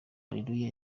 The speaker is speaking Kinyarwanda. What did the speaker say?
areruya